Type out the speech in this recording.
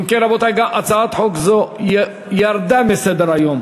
אם כן, רבותי, הצעת חוק זו ירדה מסדר-היום.